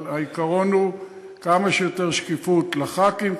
אבל העיקרון הוא כמה שיותר שקיפות לח"כים,